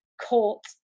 court